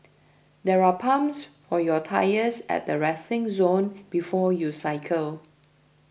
there are pumps for your tyres at the resting zone before you cycle